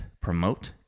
promote